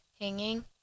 hanging